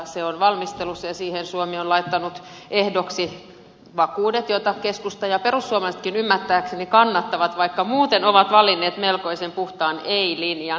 se on valmistelussa ja siihen suomi on laittanut ehdoksi vakuudet joita keskusta ja perussuomalaisetkin ymmärtääkseni kannattavat vaikka muuten ovat valinneet melkoisen puhtaan ei linjan